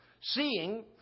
Seeing